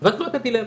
לא הייתה דילמה,